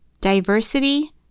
Diversity